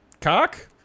Cock